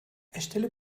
erstelle